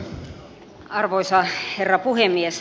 arvoisa herra puhemies